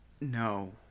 No